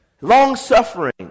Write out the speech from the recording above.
Long-suffering